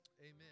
Amen